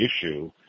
issue